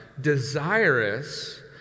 desirous